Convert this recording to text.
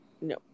No